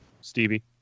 Stevie